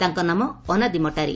ତାଙ୍କ ନାମ ଅନାଦି ମଟାରି